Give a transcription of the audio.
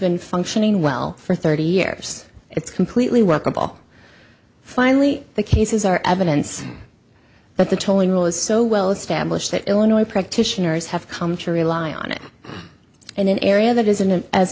been functioning well for thirty years it's completely workable finally the cases are evidence but the tolling rule is so well established that illinois practitioners have come to rely on it in an area that isn't as